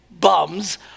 bums